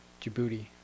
Djibouti